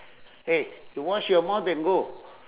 eh you wash your mouth and go